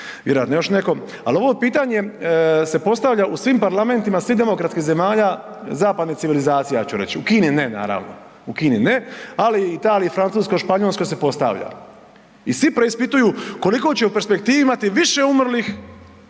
vjerojatno još neko, ali ovo pitanje se postavlja u svim parlamentima svih demokratskih zemalja zapadne civilizacije ja ću reć, u Kini ne naravno, u Kini ne, ali u Italiji, Francuskoj, Španjolskoj se postavlja. I svi preispituju koliko će u perspektivi imati više umrlih